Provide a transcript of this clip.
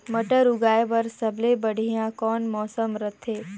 मटर उगाय बर सबले बढ़िया कौन मौसम रथे?